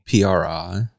PRI